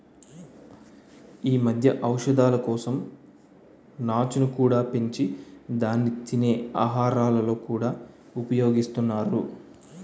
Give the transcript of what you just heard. ఈ మధ్య ఔషధాల కోసం నాచును కూడా పెంచి దాన్ని తినే ఆహారాలలో కూడా ఉపయోగిస్తున్నారు